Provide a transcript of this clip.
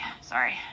Sorry